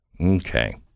Okay